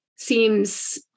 Seems